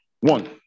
One